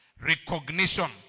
Recognition